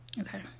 Okay